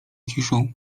ciszą